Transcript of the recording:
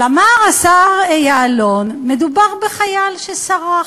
אבל אמר השר יעלון: מדובר בחייל שסרח.